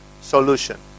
solution